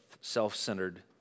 self-centered